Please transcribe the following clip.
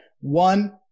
one